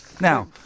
Now